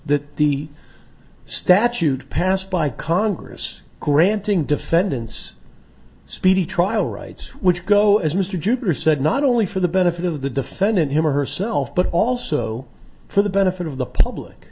that the statute passed by congress granting defendants speedy trial rights which go as mr duper said not only for the benefit of the defendant him or herself but also for the benefit of the public